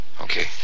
Okay